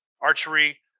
archery